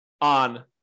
on